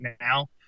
now